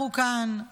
אנחנו כאן,